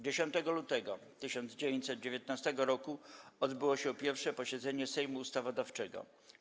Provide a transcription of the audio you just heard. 10 lutego 1919 r. odbyło się pierwsze posiedzenie Sejmu Ustawodawczego.